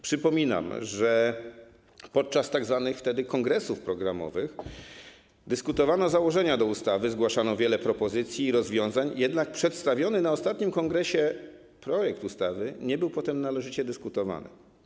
Przypominam, że wtedy podczas tzw. kongresów programowych dyskutowano założenia do ustawy, zgłaszano wiele propozycji i rozwiązań, jednak przedstawiony na ostatnim kongresie projekt ustawy nie był potem należycie dyskutowany.